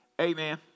Amen